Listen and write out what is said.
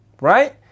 right